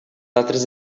altres